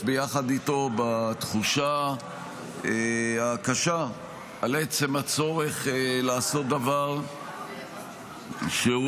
ביחד איתו בתחושה הקשה על עצם הצורך לעשות דבר שהוא,